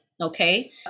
Okay